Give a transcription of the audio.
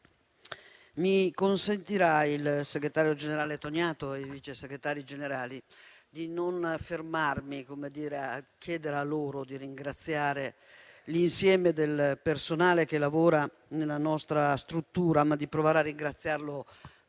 mi consentiranno, il segretario generale Toniato ed i Vice Segretari Generali, di non fermarmi a chiedere loro di ringraziare l'insieme del personale che lavora nella nostra struttura, ma di provare a ringraziarlo direttamente.